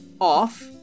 off